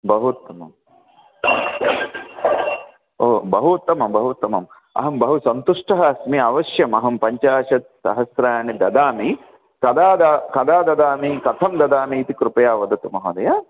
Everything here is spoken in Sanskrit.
बहु उत्तमं ओ बहु उत्तमं बहु उत्तमम् अहं बहुसन्तुष्टः अस्मि अवश्यम् अहं पञ्चाशत् सहस्राणि ददामि कदा द कदा ददामि कथं ददामि इति कृपया वदतु महोदय